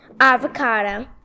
avocado